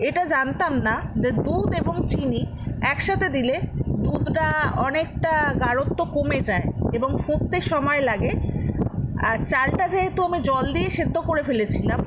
এটা জানতাম না যে দুধ এবং চিনি একসাথে দিলে দুধটা অনেকটা গাঢ়ত্ব কমে যায় এবং ফুটতে সময় লাগে আর চালটা যেহেতু আমি জল দিয়ে সেদ্ধ করে ফেলেছিলাম